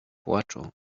płaczu